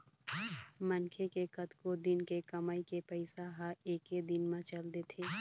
मनखे के कतको दिन के कमई के पइसा ह एके दिन म चल देथे